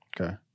okay